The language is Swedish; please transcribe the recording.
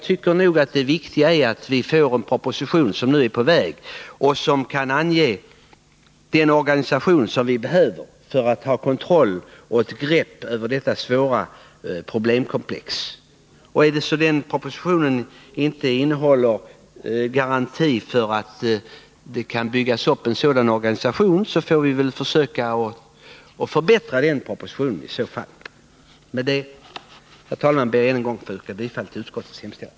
Det viktiga äratt vi får den proposition som nu är på väg och att man där föreslår en sådan organisation som vi behöver för att få en kontroll och ett grepp över detta svåra problemkomplex. Om propositionen inte innehåller garantier för att en sådan organisation kan byggas upp, får vi väl försöka förbättra förslagen i propositionen. Med detta, herr talman, ber jag att än en gång få yrka bifall till utskottets hemställan.